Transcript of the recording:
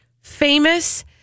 famous